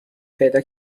پیدا